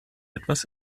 etwas